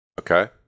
Okay